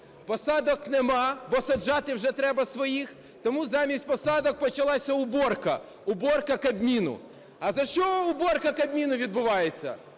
Посадок нема, бо саджати вже треба своїх. Тому замість посадок почалася "уборка" – "уборка Кабміну". А за що уборка Кабміну відбувається?